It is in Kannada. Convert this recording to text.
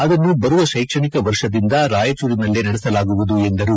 ಅದನ್ನು ಬರುವ ಶೈಕ್ಷಣಿಕ ವರ್ಷದಿಂದ ರಾಯಚೂರಿನಲ್ಲೇ ನಡೆಸಲಾಗುವುದು ಎಂದರು